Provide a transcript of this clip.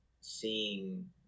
seeing